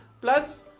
plus